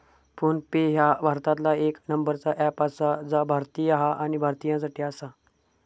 phone पे ह्या भारतातला येक नंबरचा अँप आसा जा भारतीय हा आणि भारतीयांसाठी आसा